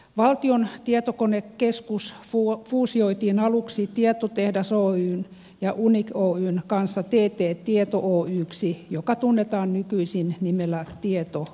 valtion tietokonekeskus fuusioitiin aluksi tietotehdas oyn ja unic oyn kanssa tt tieto oyksi joka tunnetaan nykyisin nimellä tieto oyj